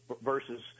versus